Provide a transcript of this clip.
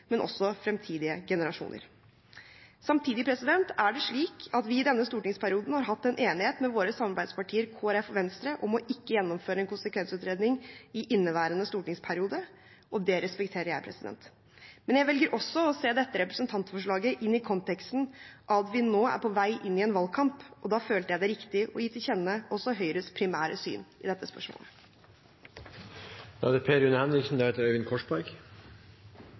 men også for framtidige generasjoner. Samtidig er det slik at vi i denne stortingsperioden har hatt en enighet med våre samarbeidspartier, Kristelig Folkeparti og Venstre, om ikke å gjennomføre en konsekvensutredning i inneværende stortingsperiode, og det respekterer jeg. Men jeg velger også å se dette representantforslaget i den konteksten at vi nå er på vei inn i en valgkamp, og da føler jeg det riktig å gi til kjenne også Høyres primære syn i dette spørsmålet. Det er